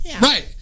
Right